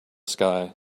sky